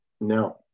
No